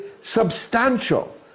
substantial